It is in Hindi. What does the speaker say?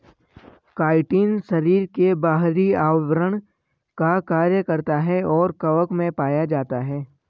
काइटिन शरीर के बाहरी आवरण का कार्य करता है और कवक में पाया जाता है